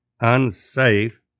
unsafe